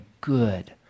good